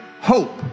hope